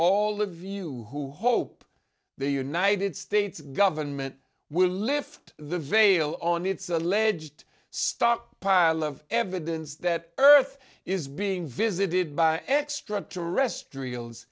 all of you who hope the united states government will lift the veil on its alleged stockpile of evidence that earth is being visited by extra terrestrials